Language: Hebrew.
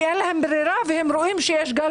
כי אין להם ברירה והם רואים שיש גל